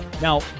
Now